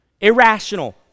Irrational